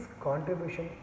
contribution